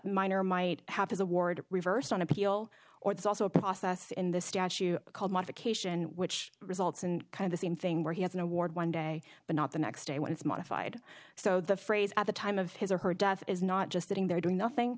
minor might have his award reversed on appeal or there's also a process in the statute called modification which results in kind of the same thing where he has an award one day but not the next day when it's modified so the phrase at the time of his or her death is not just sitting there doing nothing